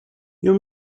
you